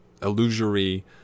illusory